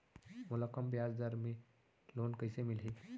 मोला कम ब्याजदर में लोन कइसे मिलही?